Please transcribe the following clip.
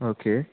okay